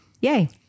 Yay